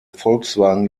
volkswagen